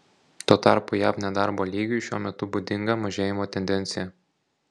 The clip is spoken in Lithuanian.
tuo tarpu jav nedarbo lygiui šiuo metu būdinga mažėjimo tendencija